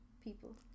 people